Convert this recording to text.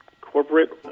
corporate